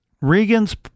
Regan's